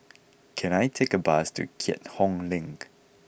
can I take a bus to Keat Hong Link